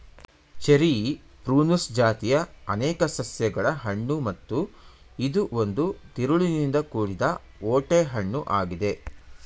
cherry Prunus ಜಾತಿಯ ಅನೇಕ ಸಸ್ಯಗಳ ಹಣ್ಣು ಮತ್ತು ಇದು ಒಂದು ತಿರುಳಿನಿಂದ ಕೂಡಿದ ಓಟೆ ಹಣ್ಣು ಆಗಿದೆ